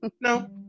No